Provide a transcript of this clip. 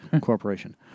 Corporation